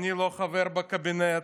אני לא חבר בקבינט